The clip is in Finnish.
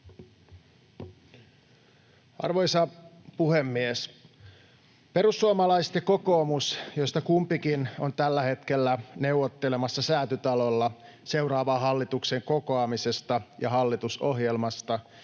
Arvoisa puhemies! Perussuomalaiset ja kokoomus, joista kumpikin on tällä hetkellä neuvottelemassa Säätytalolla seuraavan hallituksen kokoamisesta ja hallitusohjelmasta,